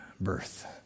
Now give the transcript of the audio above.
birth